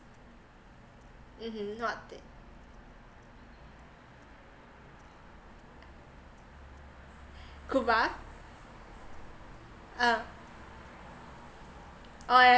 mmhmm what they cuba uh oh yeah